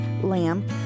lamb